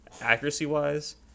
accuracy-wise